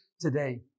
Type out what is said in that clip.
today